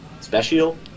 Special